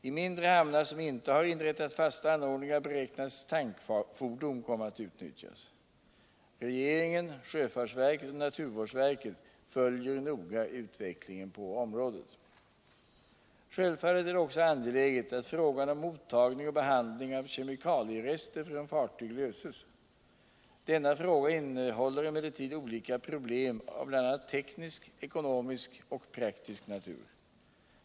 I mindre hamnar som inte har inrättat fasta anordningar beräknas tankfordon komma att utnyttjas. Regeringen, sjöfartsverket och naturvårdsverket följer noga utvecklingen på området. Självfallet är det också angeläget att frågan om mottagning och behandling av kemikalierester från fartyg löses. Denna fråga innehåller emellertid olika problem av bl.a. teknisk, ekonomisk och praktisk natur.